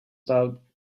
about